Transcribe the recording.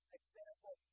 example